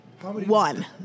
One